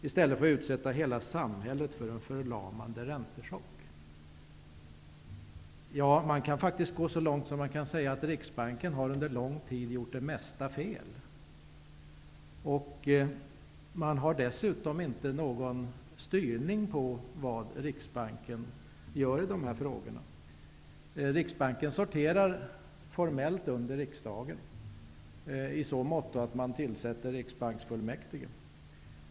I stället utsattes hela samhället för en förlamande räntechock. Riksbanken har under lång tid gjort det mesta fel. Dessutom finns inte någon styrning på vad Riksbanken gör i dessa frågor. Riksbanken sorterar formellt under riksdagen, i så måtto att riksdagen tillsätter Riksbanksfullmäktige.